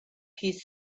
his